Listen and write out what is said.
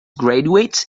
graduates